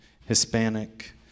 Hispanic